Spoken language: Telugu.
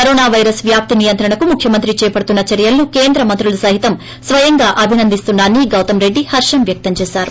కరోనా పైరస్ వ్యాప్తి నియంత్రణకు ముఖ్యమంత్రి చేపడుతున్న చర్యలను కేంద్ర మంత్రులు సహితం స్వయంగా అభినందిస్తున్నా రని గౌతమ్ రెడ్డి హర్షం వ్యక్తం చేసారు